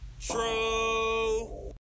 True